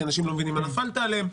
כי אנשים לא מבינים מה נפלת עליהם.